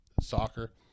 soccer